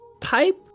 pipe